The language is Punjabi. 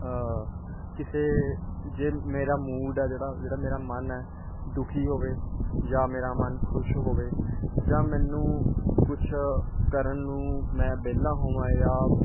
ਕਿਸੇ ਜੇ ਮੇਰਾ ਮੂਡ ਆ ਜਿਹੜਾ ਜਿਹੜਾ ਮੇਰਾ ਮਨ ਹੈ ਦੁਖੀ ਹੋਵੇ ਜਾਂ ਮੇਰਾ ਮਨ ਖੁਸ਼ ਹੋਵੇ ਜਾਂ ਮੈਨੂੰ ਕੁਛ ਕਰਨ ਨੂੰ ਮੈਂ ਵਿਹਲਾ ਹੋਵਾਂ ਜਾਂ